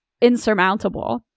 insurmountable